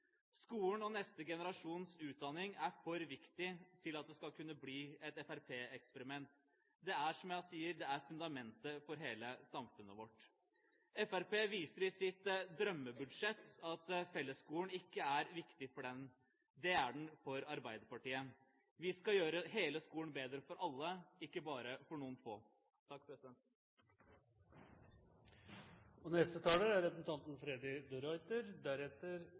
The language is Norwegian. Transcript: Skolen og neste generasjons utdanning er for viktig til at det skal kunne bli et fremskrittspartieksperiment. Det er, som jeg sier, fundamentet for hele samfunnet vårt. Fremskrittspartiet viser i sitt drømmebudsjett at fellesskolen ikke er viktig for dem. Det er den for Arbeiderpartiet. Vi skal gjøre skolen bedre for alle, ikke bare for noen få. For oss i Arbeiderpartiet handler politikk om veivalg. Dette er et budsjett som peker i retning av et mer rettferdig samfunn og